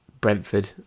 Brentford